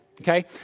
Okay